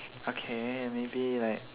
okay maybe like